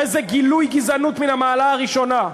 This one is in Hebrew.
הרי זה גילוי גזענות מן המעלה הראשונה.